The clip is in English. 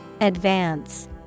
Advance